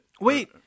wait